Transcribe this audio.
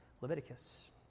Leviticus